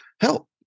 help